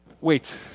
wait